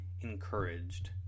encouraged